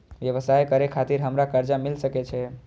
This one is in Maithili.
व्यवसाय करे खातिर हमरा कर्जा मिल सके छे?